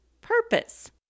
Purpose